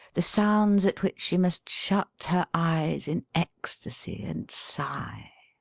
the sounds at which she must shut her eyes in ecstasy and sigh.